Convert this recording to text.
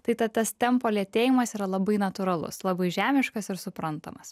tai tad tas tempo lėtėjimas yra labai natūralus labai žemiškas ir suprantamas